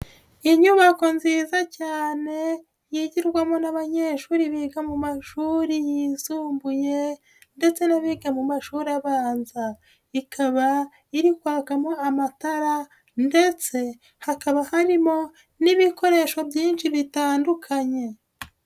Inyubako nziza cyane yigirwamo n'abanyeshuri biga mu mashuri yisumbuye ndetse n'abiga mu mashuri abanza, ikaba iri kwakamo amatara ndetse hakaba harimo n'ibikoresho byinshi bitandukanye.